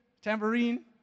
tambourine